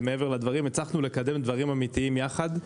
הצלחנו לקדם דברים אמיתיים יחד,